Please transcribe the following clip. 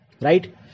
Right